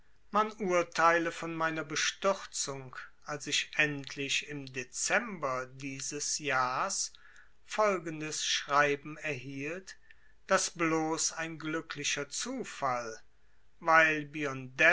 man urteile von meiner bestürzung als ich endlich im dezember dieses jahrs folgendes schreiben erhielt das bloß ein glücklicher zufall weil